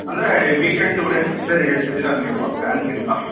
ಅಂದರೆ weekend two days ಅಷ್ಟೇ ಹೇಳ್ತಿದ್ದೀರಾ ನೀವು ಡ್ಯಾನ್ಸಿಂದು